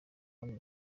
hano